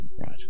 right